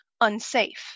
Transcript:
unsafe